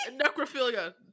necrophilia